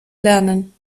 lernen